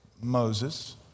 Moses